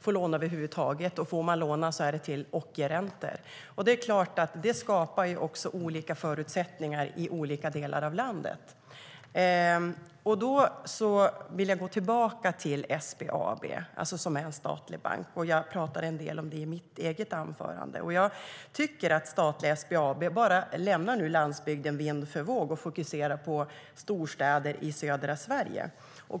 få låna över huvud taget, och om man får låna är det till ockerräntor. Det är klart att det skapar olika förutsättningar i olika delar av landet. Jag vill komma tillbaka till SBAB, som är en statlig bank. Jag talade också en del om det i mitt eget anförande. Jag tycker att statliga SBAB nu bara lämnar landsbygden vind för våg och fokuserar på storstäder i södra Sverige.